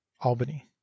Albany